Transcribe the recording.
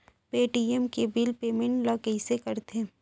Paytm के bill payment ल कइसे करथे?